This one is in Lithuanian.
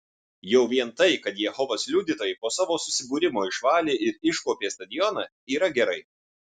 jau vien tai kad jehovos liudytojai po savo susibūrimo išvalė ir iškuopė stadioną yra gerai